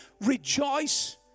Rejoice